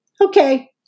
Okay